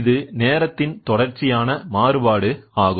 இது நேரத்தின் தொடர்ச்சியான மாறுபாடு ஆகும்